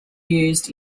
used